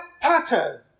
pattern